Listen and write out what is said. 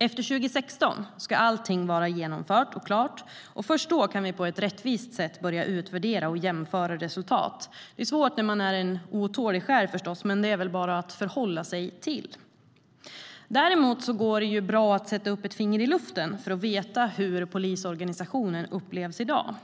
Efter 2016 ska allting vara genomfört och klart. Först då kan vi på ett rättvist sätt börja utvärdera och jämföra resultat. Det är förstås svårt när man är en otålig själ, men det är väl bara att förhålla sig till det. Däremot går det bra att sätta upp ett finger i luften för att få veta hur polisorganisationen upplevs i dag.